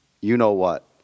you-know-what